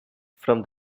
from